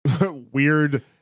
weird